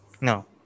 No